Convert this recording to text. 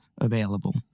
available